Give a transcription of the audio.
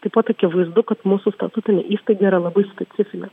taip pat akivaizdu kad mūsų statutinė įstaiga yra labai specifinė